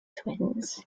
twins